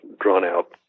drawn-out